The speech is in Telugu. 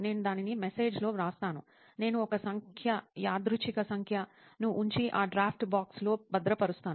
నేను దానిని మెసేజ్ లో వ్రాస్తాను నేను ఒక సంఖ్య యాదృచ్ఛిక సంఖ్యను ఉంచి ఆ డ్రాఫ్ట్ బాక్స్ లో భద్రపరుస్తాను